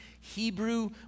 Hebrew